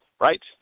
right